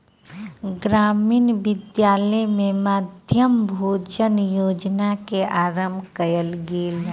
ग्रामीण विद्यालय में मध्याह्न भोजन योजना के आरम्भ कयल गेल